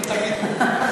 אני תמיד פה.